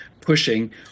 pushing